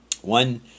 one